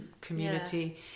community